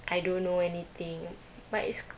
I don't know anything but it's